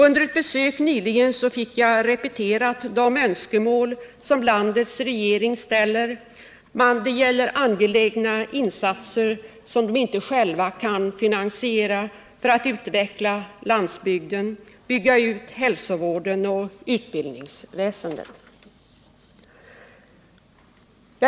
Under ett besök nyligen fick jag repeterat de önskemål som landets regering ställer. Det gäller angelägna insatser, som de inte själva kan finansiera, för att bygga ut hälsovården och utbildningsväsendet.